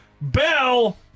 Bell